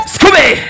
Scooby